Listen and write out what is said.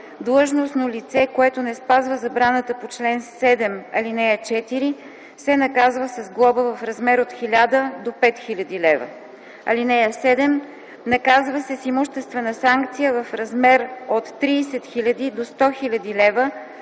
Длъжностно лице, което не спази забраната по чл. 7, ал. 4, се наказва с глоба в размер от 1000 до 5000 лв. (7) Наказва се с имуществена санкция в размер от 30 000 до 100 000 лв.